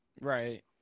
Right